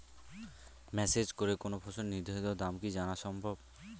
Message করে কোন ফসলের নির্ধারিত দাম কি জানা সম্ভব?